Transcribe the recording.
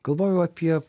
galvojau apie